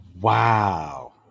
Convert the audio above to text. wow